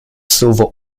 silver